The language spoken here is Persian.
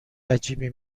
عجیبی